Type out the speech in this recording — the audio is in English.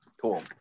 cool